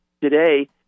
today